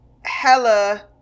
hella